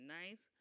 nice